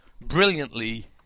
brilliantly